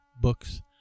books